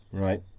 right,